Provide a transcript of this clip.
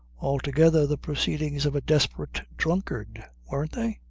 altogether the proceedings of a desperate drunkard weren't they?